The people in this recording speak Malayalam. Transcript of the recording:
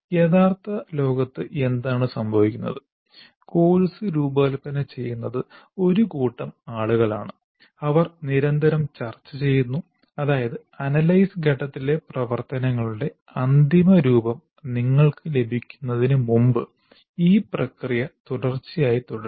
യഥാർത്ഥ ലോകത്ത് എന്താണ് സംഭവിക്കുന്നത് കോഴ്സ് രൂപകൽപ്പന ചെയ്യുന്നത് ഒരു കൂട്ടം ആളുകൾ ആണ് അവർ നിരന്തരം ചർച്ച ചെയ്യുന്നു അതായത് അനലൈസ് ഘട്ടത്തിലെ പ്രവർത്തനങ്ങളുടെ അന്തിമരൂപം നിങ്ങൾക്ക് ലഭിക്കുന്നതിന് മുമ്പ് ഈ പ്രക്രിയ തുടർച്ചയായി തുടരും